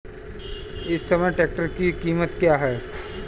इस समय ट्रैक्टर की कीमत क्या है?